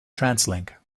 translink